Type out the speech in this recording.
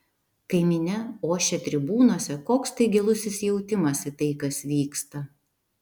kai minia ošia tribūnose koks tai gilus įsijautimas į tai kas vyksta